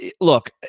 look